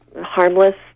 harmless